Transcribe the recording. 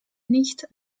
nicht